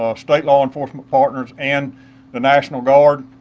ah state law enforcement partners and the national guard.